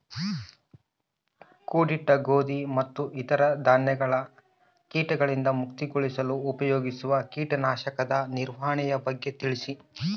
ಕೂಡಿಟ್ಟ ಗೋಧಿ ಮತ್ತು ಇತರ ಧಾನ್ಯಗಳ ಕೇಟಗಳಿಂದ ಮುಕ್ತಿಗೊಳಿಸಲು ಉಪಯೋಗಿಸುವ ಕೇಟನಾಶಕದ ನಿರ್ವಹಣೆಯ ಬಗ್ಗೆ ತಿಳಿಸಿ?